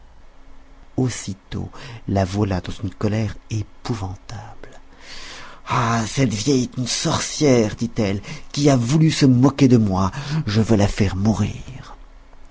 aussitôt la voilà dans une colère épouvantable cette vieille est une sorcière dit-elle qui a voulu se moquer de moi je veux la faire mourir